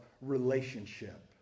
relationship